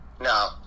No